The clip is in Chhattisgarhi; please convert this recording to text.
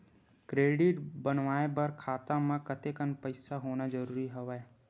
क्रेडिट बनवाय बर खाता म कतेकन पईसा होना जरूरी हवय?